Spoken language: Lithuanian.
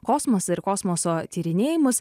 kosmosą ir kosmoso tyrinėjimus